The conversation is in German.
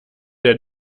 der